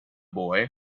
boy